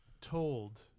told